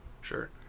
sure